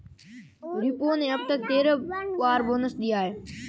विप्रो ने अब तक तेरह बार बोनस दिया है